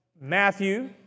Matthew